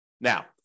Now